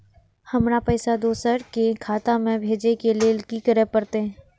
हमरा पैसा दोसर के खाता में भेजे के लेल की करे परते?